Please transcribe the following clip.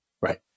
right